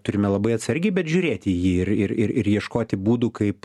turime labai atsargiai bet žiūrėti į jį ir ir ir ir ieškoti būdų kaip